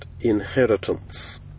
inheritance